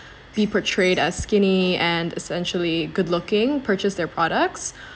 be portrayed as skinny and essentially good looking purchase their products